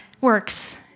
works